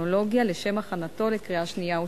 והטכנולוגיה לשם הכנתו לקריאה שנייה ושלישית.